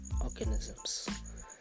organisms